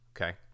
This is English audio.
okay